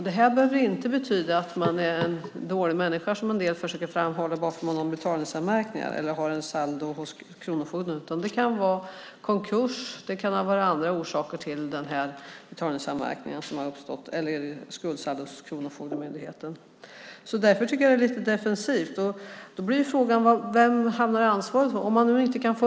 Det behöver inte betyda att man är en dålig människa, som en del försöker framhålla, bara för att man har betalningsanmärkningar eller har ett saldo hos kronofogden, utan det kan vara konkurs eller andra orsaker till betalningsanmärkningen eller skuldsaldot hos Kronofogdemyndigheten. Därför tycker jag att svaret är lite defensivt. Då blir frågan: Vem hamnar ansvaret hos?